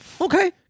okay